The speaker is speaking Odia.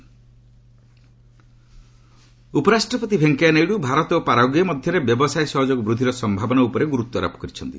ଭିପି ପାରାଗୁଏ ଉପରାଷ୍ଟ୍ରପତି ଭେଙ୍କୟା ନାଇଡୁ ଭାରତ ଓ ପାରାଗୁଏ ମଧ୍ୟରେ ବ୍ୟବସାୟ ସହଯୋଗ ବୃଦ୍ଧିର ସମ୍ଭାବନା ଉପରେ ଗୁରୁତ୍ୱାରୋପ କରିଛନ୍ତି